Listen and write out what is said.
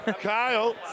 Kyle